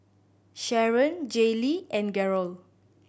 Sharron Jaylee and Garold